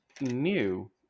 new